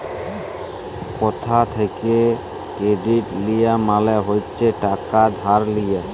কথা থ্যাকে কেরডিট লিয়া মালে হচ্ছে টাকা ধার লিয়া